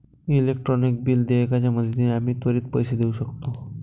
electronic bill देयकाच्या मदतीने आम्ही त्वरित पैसे देऊ शकतो